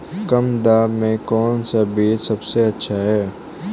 कम दाम में कौन सा बीज सबसे अच्छा है?